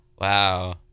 Wow